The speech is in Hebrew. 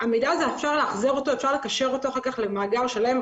המידע הזה אפשר לאחזר ואפשר לקשר אותו אחר כך למאגר שלם.